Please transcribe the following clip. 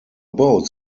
boats